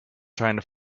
trying